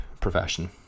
profession